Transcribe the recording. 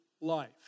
life